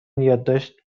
یادداشت